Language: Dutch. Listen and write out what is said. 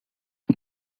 het